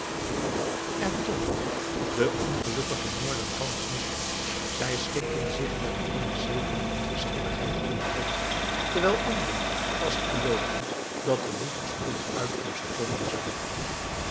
en toch de ongelukkigen morden thans niet zij schikten zich met eene zekere onverschilligheid in hun lot terwijl anderen vast geloofden dat er nu toch spoedig uitkomst komen zou